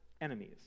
enemies